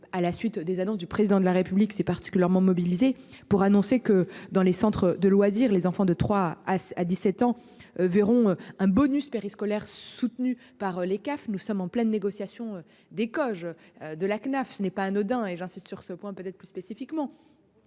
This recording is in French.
à la suite des annonces du président de la République s'est particulièrement mobilisée pour annoncer que dans les centres de loisirs, les enfants de 3 à 17 ans verront un bonus périscolaire soutenue par les CAF. Nous sommes en pleine négociation des causes de la CNAF, ce n'est pas anodin et j'insiste sur ce point peut-être plus spécifiquement.